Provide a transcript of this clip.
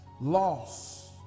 loss